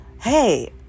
hey